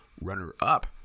runner-up